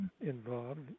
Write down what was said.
involved